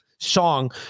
song